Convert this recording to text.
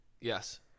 Yes